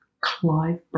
Clive